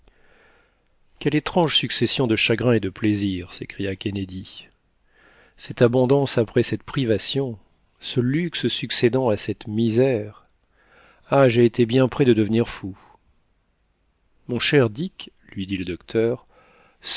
quelle étrange succession de chagrins et de plaisirs s'écria kennedy cette abondance après cette privation ce luxe succédant à cette misère ah j'ai été bien près de devenir fou mon cher dick lui dit le docteur